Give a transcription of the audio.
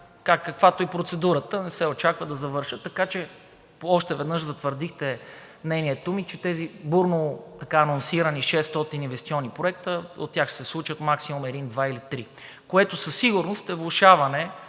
каквато е и процедурата, не се очаква да завършат. Така че още веднъж затвърдихте мнението ми, че от тези бурно анонсирани 600 инвестиционни проекта ще се случат максимум един-два или три, което със сигурност е влошаване